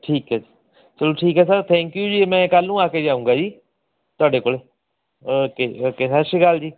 ਠੀਕ ਹੈ ਜੀ ਚਲੋ ਠੀਕ ਹੈ ਸਰ ਥੈਂਕ ਯੂ ਜੀ ਮੈਂ ਕੱਲ੍ਹ ਨੂੰ ਆ ਕੇ ਜਾਊਂਗਾ ਜੀ ਤੁਹਾਡੇ ਕੋਲ ਓਕੇ ਜੀ ਓਕੇ ਸਤਿ ਸ਼੍ਰੀ ਅਕਾਲ ਜੀ